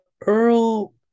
Earl